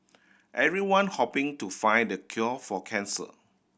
everyone hoping to find the cure for cancer